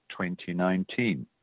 2019